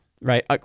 right